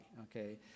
okay